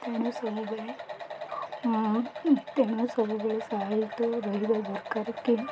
ତେଣୁ ସବୁବେଳେ ତେଣୁ ସବୁବେଳେ ସାହିତ୍ୟ ବହିର ଦରକାର କି